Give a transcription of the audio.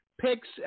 picks